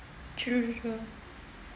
true true